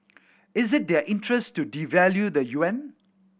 is it their interest to devalue the Yuan